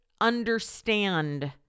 understand